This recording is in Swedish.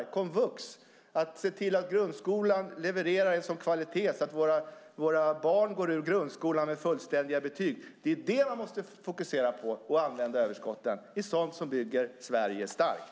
Överskotten kan användas till komvux eller till att se till att grundskolan levererar en sådan kvalitet att barnen går ut med fullständiga betyg. Det är sådant man måste fokusera på och använda överskotten till. Det är sådant som bygger Sverige starkt.